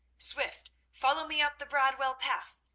swift! follow me up the bradwell path!